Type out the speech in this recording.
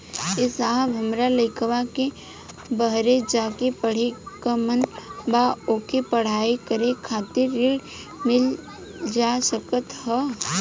ए साहब हमरे लईकवा के बहरे जाके पढ़े क मन बा ओके पढ़ाई करे खातिर ऋण मिल जा सकत ह?